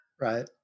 Right